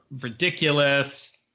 ridiculous